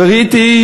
וראיתי,